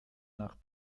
nach